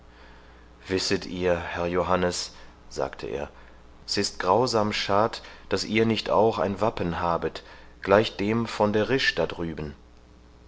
wisset ihr herr johannes sagte er s ist grausam schad daß ihr nicht auch ein wappen habet gleich dem von der risch da drüben